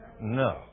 No